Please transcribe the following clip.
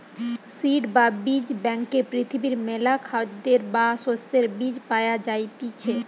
seed বা বীজ ব্যাংকে পৃথিবীর মেলা খাদ্যের বা শস্যের বীজ পায়া যাইতিছে